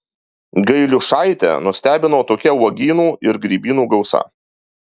gailiušaitę nestebino tokia uogynų ir grybynų gausa